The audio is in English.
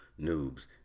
noobs